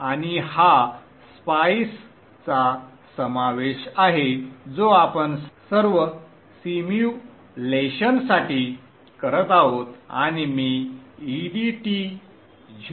आणि हा स्पाइसचा समावेश आहे जो आपण सर्व सिम्युलेशनसाठी करत आहोत आणि मी edt01